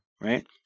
right